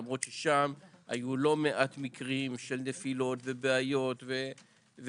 למרות ששם היו לא מעט מקרים של נפילות ובעיות והרוגים,